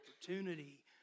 opportunity